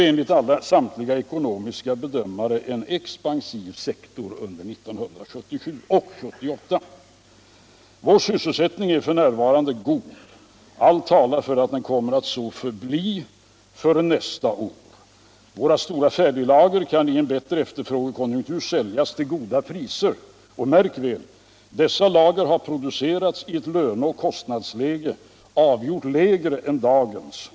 Enligt samtliga ckonomiska bedömare ser exporten ut att bli en expansiv faktor under 1977 och 1978. Vår syvsselsättning är f. n. god, och allt talar för att den kommer att så förbli för nästa år. Våra stora färdiglager kan i en bättre efterfrågokonjunktur säljas ull goda priser. Dessa lager har - märk väl! — produccerats i ett löneoch kostnadsläige avgjort lägre än dagens.